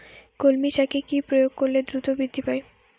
কলমি শাকে কি প্রয়োগ করলে দ্রুত বৃদ্ধি পায়?